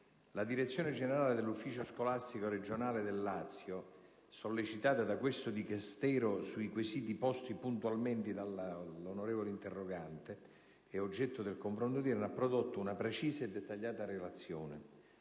la direzione generale dell'ufficio scolastico regionale del Lazio, sollecitata da questo Dicastero sui quesiti posti puntualmente dall'onorevole interrogante, oggetto del confronto odierno, ha prodotto una precisa e dettagliata relazione.